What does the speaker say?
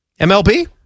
MLB